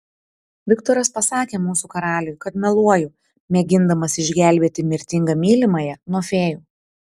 viktoras pasakė mūsų karaliui kad meluoju mėgindamas išgelbėti mirtingą mylimąją nuo fėjų